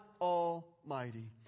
Almighty